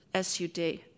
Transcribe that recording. SUD